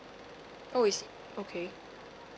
oh is okay